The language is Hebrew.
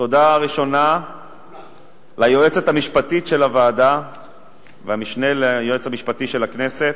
תודה ראשונה ליועצת המשפטית של הוועדה והמשנה ליועץ המשפטי של הכנסת,